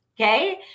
okay